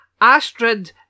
Astrid